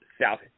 South